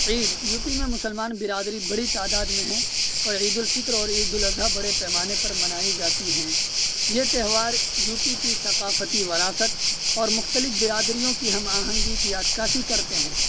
عید U P میں مسلمان برادری بڑی تعداد میں ہیں اور عیدالفطر اور عیدالاضحی بڑے پیمانے پر منائی جاتی ہیں یہ تہوار یو پی کی ثقافتی وراثت اور مختلف برادریوں کی ہم آہنگی کی عکاسی کرتے ہیں